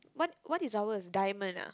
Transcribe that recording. what what is ours diamond ah